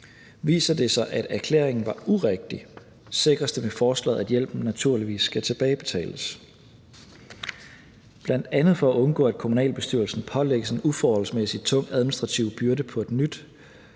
Viser det sig, at erklæringen var urigtig, sikres det med forslaget, at hjælpen naturligvis skal tilbagebetales. Bl.a. for at undgå, at kommunalbestyrelsen pålægges en uforholdsmæssigt tung administrativ byrde på et nyt